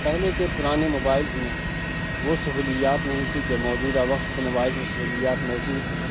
پہلے کے پُرانے موبائلس میں وہ سہولیات نہیں تھی جو موجودہ وقت کے موبائلس میں سہولیات موجود ہیں